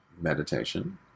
meditation